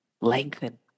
Lengthen